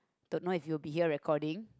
don't know if you'll be here recording